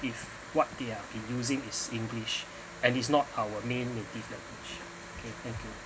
if what they're been using is english and is not our main native language okay thank you